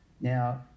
Now